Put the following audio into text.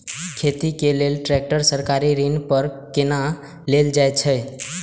खेती के लेल ट्रेक्टर सरकारी ऋण पर कोना लेल जायत छल?